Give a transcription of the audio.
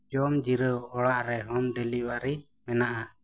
ᱡᱚᱢ ᱡᱤᱨᱟᱹᱣ ᱚᱲᱟᱜ ᱨᱮ ᱦᱳᱢ ᱰᱮᱞᱤᱵᱷᱟᱨᱤ ᱢᱮᱱᱟᱜᱼᱟ